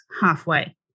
halfway